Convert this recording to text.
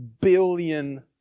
billion